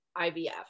IVF